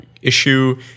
issue